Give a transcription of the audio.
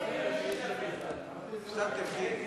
חסון, זוהיר בהלול,